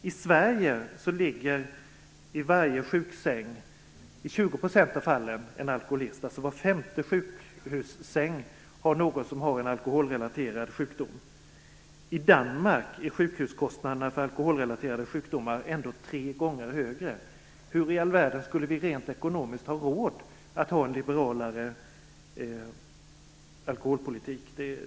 I Sverige ligger i sjuksängar i 20 % av fallen en alkoholist. Alltså i var femte sjukhussäng ligger någon med en alkoholrelaterad sjukdom. I Danmark är sjukhuskostnaderna för alkoholrelaterade sjukdomar tre gånger högre. Hur i all världen skulle vi rent ekonomiskt ha råd att ha en liberalare alkoholpolitik?